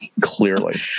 Clearly